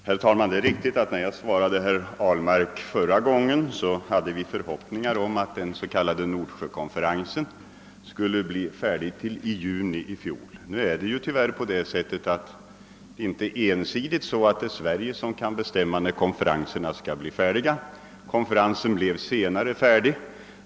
Herr talman! Det är riktigt att när jag svarade herr Ahlmark förra gången hoppades vi att den s.k. Nordsjökonferensen skulle bli klar med sitt arbete i juni i fjol. Men det är ju inte Sverige ensamt som bestämmer när en konferens skall bli klar. Nordsjökonferensen blev klar senare än beräknat.